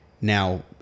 now